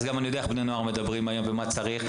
אז אני גם יודע באיזו שפה צריך לדבר ומה צריך.